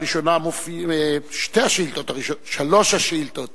שלוש השאילתות